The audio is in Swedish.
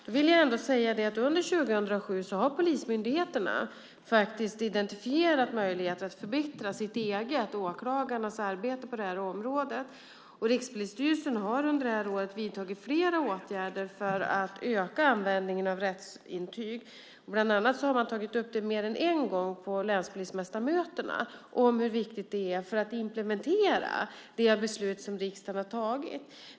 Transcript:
Jag vill ändå säga att under 2007 har polismyndigheterna identifierat möjligheterna att förbättra sitt eget och åklagarnas arbete på det här området, och Rikspolisstyrelsen har under det här året vidtagit flera åtgärder för att öka användningen av rättsintyg. Man har bland annat tagit upp mer än en gång på länspolismästarmötena hur viktigt det är att implementera det beslut som riksdagen har tagit.